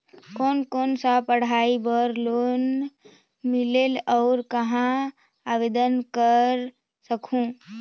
कोन कोन सा पढ़ाई बर लोन मिलेल और कहाँ आवेदन कर सकहुं?